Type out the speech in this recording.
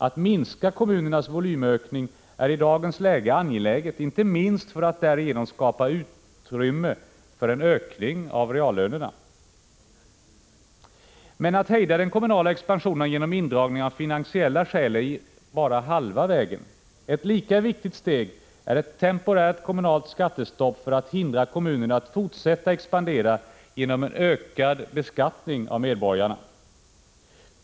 Att minska kommunernas volymökning är i dagens läge angeläget inte minst för att därigenom skapa utrymme för en ökning av reallönerna. Att hejda den kommunala expansionen genom indragning av finansiella skäl är emellertid bara halva vägen. Ett lika viktigt steg är ett temporärt kommunalt skattestopp för att hindra kommunerna att fortsätta expandera genom ökad beskattning av medborgarna.